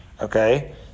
Okay